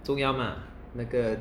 重要吗那个